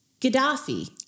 Gaddafi